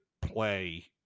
play